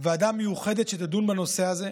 ועדה מיוחדת שתדון בנושא הזה.